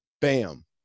Bam